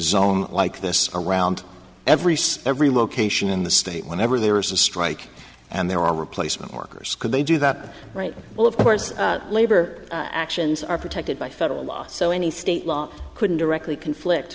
zone like this around every so every location in the state whenever there is a strike and there are replacement workers could they do that right well of course labor actions are protected by federal law so any state law couldn't directly conflict